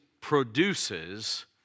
produces